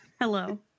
Hello